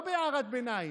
לא בהערת ביניים.